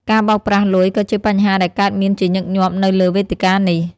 ការបោកប្រាស់លុយក៏ជាបញ្ហាដែលកើតមានជាញឹកញាប់នៅលើវេទិកានេះ។